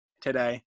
today